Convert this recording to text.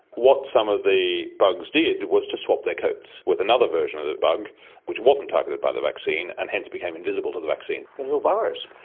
what some of the bugs did was to swap their coats with another version of the bug which wasn't targeted by the vaccine and hence became invisible to the vaccine. the little buggars.